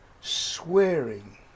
swearing